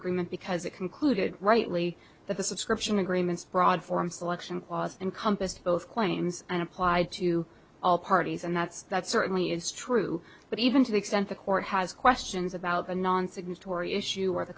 agreement because it concluded rightly that the subscription agreements broad form selection clause encompassed both claims and applied to all parties and that's that certainly is true but even to the extent the court has questions about the non signatory issue or the